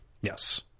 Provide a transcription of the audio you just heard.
Yes